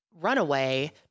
runaway